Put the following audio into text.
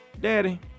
Daddy